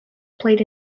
played